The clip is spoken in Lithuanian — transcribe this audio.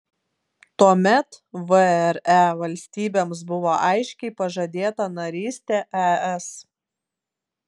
tuomet vre valstybėms buvo aiškiai pažadėta narystė es